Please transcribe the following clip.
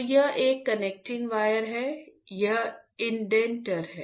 तो यह एक कनेक्टिंग वायर है यह इंडेंटर है